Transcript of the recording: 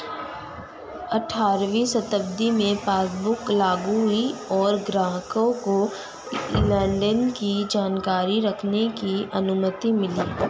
अठारहवीं शताब्दी में पासबुक लागु हुई और ग्राहकों को लेनदेन की जानकारी रखने की अनुमति मिली